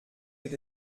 geht